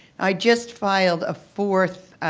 i just filed a fourth